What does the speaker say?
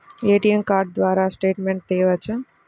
ATM card ద్వారా statement తీయవచ్చా?